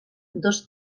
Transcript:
dos